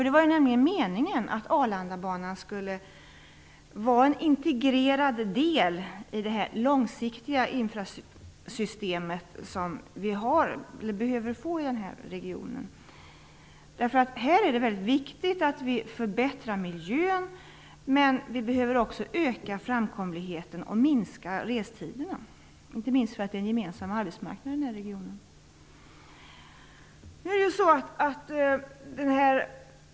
Det var meningen att Arlandabanan skulle vara en integrerad del i det långsiktiga infrastruktursystem som vi behöver i regionen. Det är viktigt att vi förbättrar miljön. Vi behöver också öka framkomligheten och minska restiderna, inte minst med tanke på den gemensamma arbetsmarknaden i regionen.